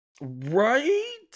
Right